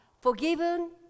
forgiven